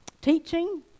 teaching